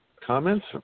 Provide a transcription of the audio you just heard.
comments